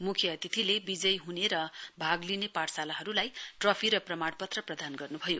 मुख्य अतिथिले विजय हुने र भाग लिने पाठशालाहरुलाई ट्रफी र प्रमाण पत्र प्रदान गर्नुभयो